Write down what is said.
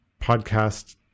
podcast